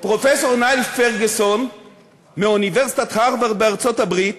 פרופסור ניל פרגוסון מאוניברסיטת הרווארד בארצות-הברית